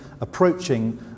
approaching